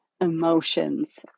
emotions